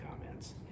comments